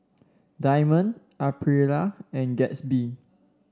Diamond Aprilia and Gatsby